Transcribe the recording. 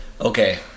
okay